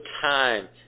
time